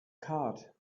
card